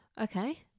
Okay